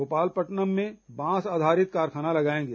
भोपालपटनम में बांस आधारित कारखाना लगाएंगे